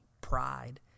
pride